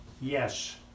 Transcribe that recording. yes